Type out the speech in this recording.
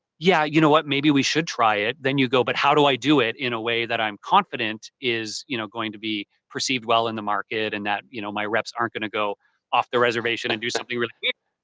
yeah you know what, maybe we should try it, then you go, but how do i do it in a way that i'm confident is you know going to be perceived well in the market and that you know my reps aren't going to go off the reservation and do something really weird?